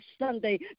Sunday